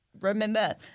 remember